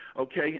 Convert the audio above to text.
okay